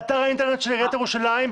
באתר האינטרנט של עיריית ירושלים,